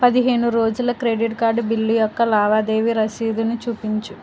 పదిహేను రోజుల credit card bill యొక్క లావాదేవీ రసీదుని చూపించు